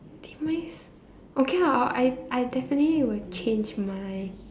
demise okay ah I I definitely will change my